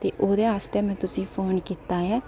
ते ओह्दे आस्तै में तुसेंगी फोन कीता ऐ